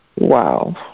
Wow